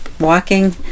walking